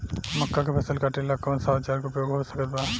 मक्का के फसल कटेला कौन सा औजार के उपयोग हो सकत बा?